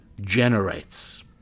generates